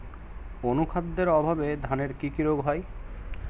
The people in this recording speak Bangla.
অনুখাদ্যের অভাবে ধানের কি কি রোগ হয়?